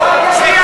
זה כנסת.